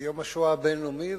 כיום השואה הבין-לאומי.